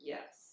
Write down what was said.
Yes